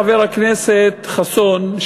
חבר הכנסת חסון,